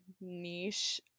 niche